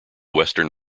western